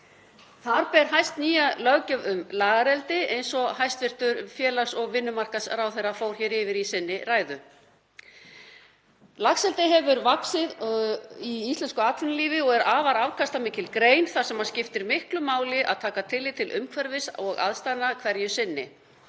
Þar ber hæst nýja löggjöf um lagareldi eins og hæstv. félags- og vinnumarkaðsráðherra fór yfir í sinni ræðu. Laxeldi hefur vaxið í íslensku atvinnulífi og er afar afkastamikil grein þar sem skiptir miklu máli að taka tillit til umhverfis og aðstæðna hverju sinni.